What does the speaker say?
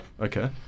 okay